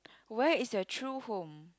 where is your true home